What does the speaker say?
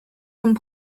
sont